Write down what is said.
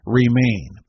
remain